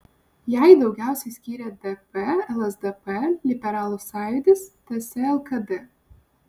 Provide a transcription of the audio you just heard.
jai daugiausiai skyrė dp lsdp liberalų sąjūdis ts lkd